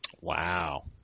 Wow